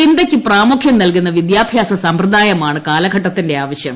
ചിന്തക്ക് പ്രാമുഖ്യം നൽകുന്ന വിദ്യാഭ്യാസ സമ്പ്രദായമാണ് കാലഘട്ടത്തിന്റെ ആവശ്യം